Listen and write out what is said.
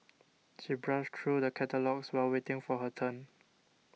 she browsed through the catalogues while waiting for her turn